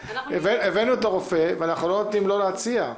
הבאנו את הרופא ואנחנו לא נותנים לו להציע.